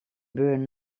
burn